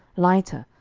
lighter,